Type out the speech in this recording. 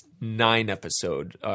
nine-episode